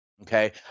Okay